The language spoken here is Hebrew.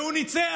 והוא ניצח,